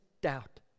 doubt